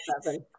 seven